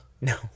No